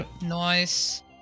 Nice